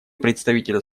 представителя